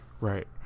Right